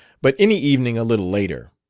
but any evening a little later.